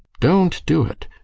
don't do it!